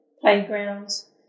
playgrounds